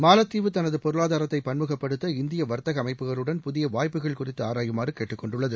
மாலத்தீவு தனது பொருளாதாரத்தை பண்முகப்படுத்த இந்திய வர்த்தக அமைப்புகளுடன் புதிய வாய்ப்புகள் குறித்து ஆராயுமாறு கேட்டுக்கொண்டுள்ளது